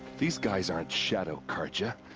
these guys aren't shadow carja.